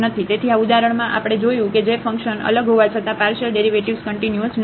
તેથી આ ઉદાહરણમાં આપણે જોયું છે કે ફંક્શન અલગ હોવા છતાં પાર્શિયલ ડેરિવેટિવ્ઝ કન્ટીન્યુઅસ નથી